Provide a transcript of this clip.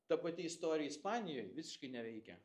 ta pati istorija ispanijoj visiškai neveikia